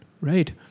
right